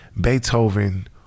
Beethoven